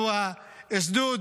השתיקה שווה זהב).